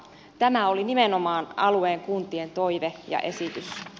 tämä oli nimenomaan alueen kuntien toive ja esitys